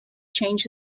change